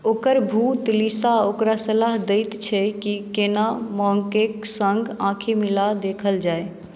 ओकर भूत लिसा ओकरा सलाह दैत छै कि केना मॉन्कके सङ्ग आँखि मिला देखल जाय